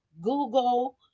Google